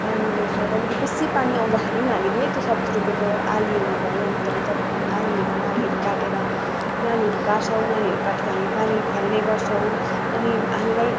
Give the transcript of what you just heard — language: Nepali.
पानी ल्याउँछ त्यहाँदेखि बेसी पानी आउँदाखेरि पनि हामीले त्यो सब्जी रोपेको आलीहरूमा भयो भित्ता भित्तामा आलीहरू नालीहरू काटेर नालीहरू काट्छौँ नालीहरू काटेर हामी फ्याल्ने गर्छौँ अनि हामीलाई